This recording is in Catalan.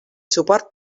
suport